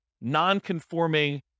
non-conforming